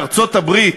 בארצות-הברית,